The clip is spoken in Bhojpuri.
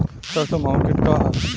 सरसो माहु किट का ह?